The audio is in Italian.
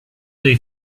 dei